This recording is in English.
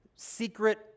secret